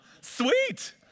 Sweet